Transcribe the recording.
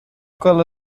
quella